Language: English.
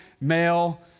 male